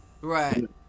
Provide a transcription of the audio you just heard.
Right